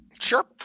Sure